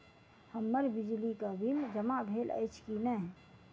हम्मर बिजली कऽ बिल जमा भेल अछि की नहि?